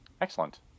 Excellent